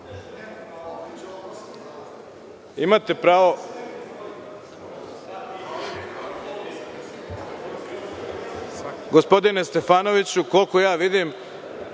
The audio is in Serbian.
nemamo pravo.)Gospodine Stefanoviću, koliko ja vidim,